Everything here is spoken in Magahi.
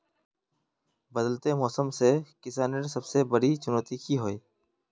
बदलते मौसम से किसानेर सबसे बड़ी चुनौती की होय?